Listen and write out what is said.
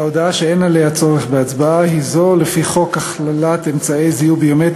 הודעה ליושב-ראש ועדת הכנסת, חבר הכנסת צחי הנגבי.